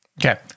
Okay